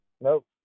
Nope